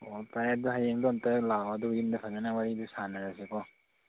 ꯑꯣ ꯐꯔꯦ ꯑꯗꯨ ꯍꯌꯦꯡꯗꯨ ꯑꯝꯇ ꯂꯥꯛꯑꯣ ꯑꯗꯨꯒ ꯌꯨꯝꯗ ꯐꯖꯅ ꯋꯥꯔꯤꯗꯣ ꯁꯥꯟꯅꯔꯁꯦꯀꯣ